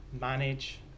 manage